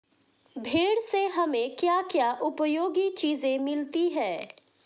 भेड़ से हमें क्या क्या उपयोगी चीजें मिलती हैं?